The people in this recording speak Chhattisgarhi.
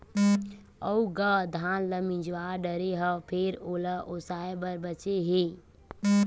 अउ गा धान ल मिजवा डारे हव फेर ओला ओसाय बर बाचे हे